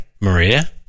Maria